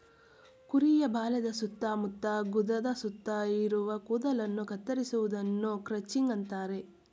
ಕುರಿಯ ಬಾಲದ ಸುತ್ತ ಮತ್ತು ಗುದದ ಸುತ್ತ ಇರುವ ಕೂದಲನ್ನು ಕತ್ತರಿಸುವುದನ್ನು ಕ್ರಚಿಂಗ್ ಅಂತರೆ